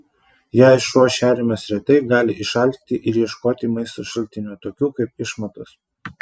jei šuo šeriamas retai gali išalkti ir ieškoti maisto šaltinių tokių kaip išmatos